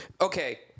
okay